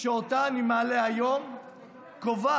שאותה אני מעלה היום קובעת